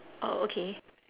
oh okay